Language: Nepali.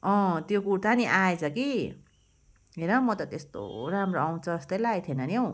अँ त्यो कुर्था नि आएछ कि हेर म त त्यस्तो राम्रो आउँछ जस्तै लागेको थिएन नि हौ